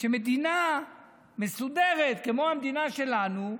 שבמדינה מסודרת, כמו המדינה שלנו,